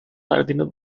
jardines